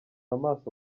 amaso